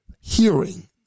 hearing